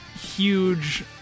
huge